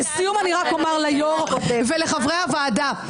לסיום אני רק אומר ליו"ר ולחברי הוועדה,